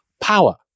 power